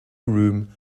room